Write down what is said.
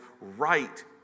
right